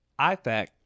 IFAC